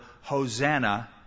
Hosanna